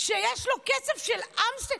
שיש לו קצף של אמסטל?